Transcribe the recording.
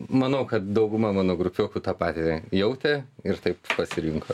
manau kad dauguma mano grupiokų tą patį jautė ir taip pasirinko